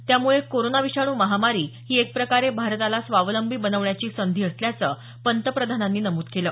त्यामुळे कोरोना विषाणू महामारी ही एक प्रकारे भारताला स्वावलंबी बनवण्याची संधी असल्याचं पंतप्रधानांनी नमूद केलं